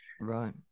Right